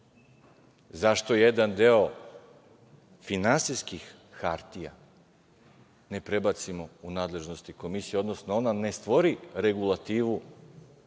Zašto jedan deo finansijskih hartija ne prebacimo u nadležnost Komisije, odnosno ona ne stvori regulativu